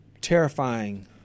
terrifying